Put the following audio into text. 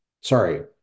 Sorry